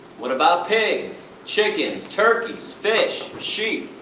what about pigs, chickens, turkeys, fish, sheep?